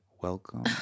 welcome